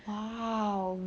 !wow!